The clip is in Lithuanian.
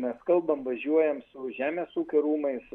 mes kalbam važiuojam su žemės ūkio rūmais